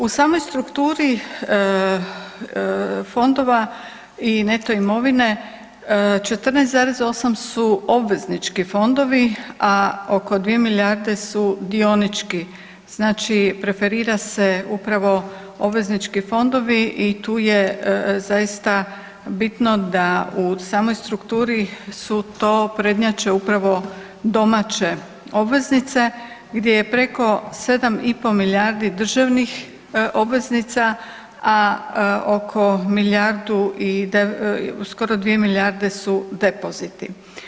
U samoj strukturi fondova i neto imovine 14,8 su obveznički fondovi, a oko 2 milijarde su dionički, znači preferira se upravo obveznički fondovi i tu je zaista bitno da u samoj strukturi prednjače upravo domaće obveznice gdje je preko 7,5 milijardi državnih obveznica, a oko milijardu skoro 2 milijarde su depoziti.